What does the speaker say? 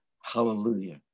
hallelujah